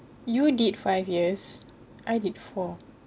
you did five years I did four